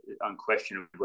unquestionably